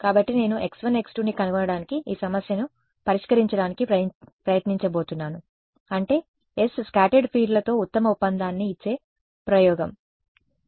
కాబట్టి నేను x1x2 ని కనుగొనడానికి ఈ సమస్యను పరిష్కరించడానికి ప్రయత్నించబోతున్నాను అంటే s స్కాటర్డ్ ఫీల్డ్లతో ఉత్తమ ఒప్పందాన్ని ఇచ్చే ప్రయోగం సరే